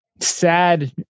sad